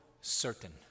certain